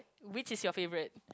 which is your favorite